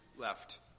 left